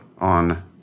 on